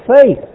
faith